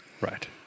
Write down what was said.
Right